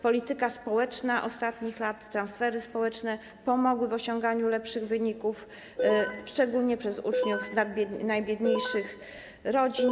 Polityka społeczna ostatnich lat, transfery społeczne pomogły w osiąganiu lepszych wyników, szczególnie przez uczniów z najbiedniejszych rodzin.